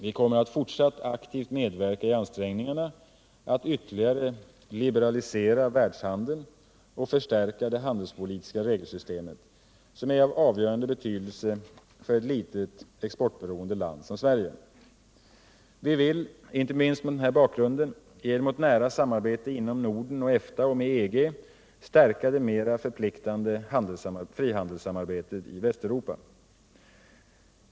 Vi kommer att fortsatt aktivt medverka i ansträngningarna att ytterligare liberalisera världshandeln och förstärka det handelspolitiska regelsystemet, vilket är av avgörande betydelse för ett litet exportberoende land som Sverige. Vi vill, inte minst mot denna bakgrund, genom ett nära samarbete inom Norden och EFTA och med EG stärka det mera förpliktande frihandelssamarbetet i Västeuropa.